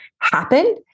happen